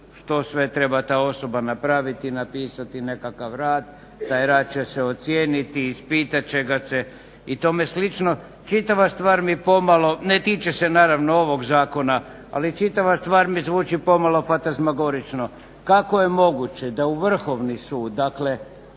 što sve treba ta osoba napraviti i napisati nekakav rad. Taj rad će se ocijeniti, ispitati će ga se i tome slično. Čitava stvar mi pomalo ne tiče se naravno ovog zakona, ali čitava stvar mi zvuči pomalo fantazmagorično. Kako je moguće da u Vrhovni sud dakle